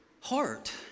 heart